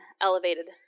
elevated